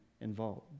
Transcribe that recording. involved